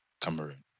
Cameroon